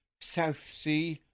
Southsea